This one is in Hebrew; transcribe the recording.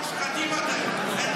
מושחתים אתם.